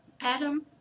Adam